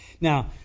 Now